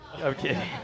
Okay